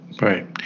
right